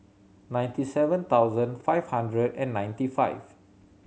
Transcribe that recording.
ninety seven thousand five hundred and ninety five